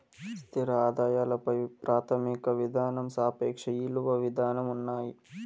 స్థిర ఆదాయాల పై ప్రాథమిక విధానం సాపేక్ష ఇలువ విధానం ఉన్నాయి